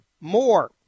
more